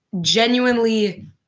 genuinely